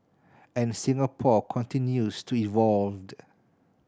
and Singapore continues to evolve